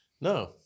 No